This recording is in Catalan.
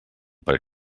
per